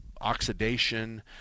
oxidation